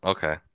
Okay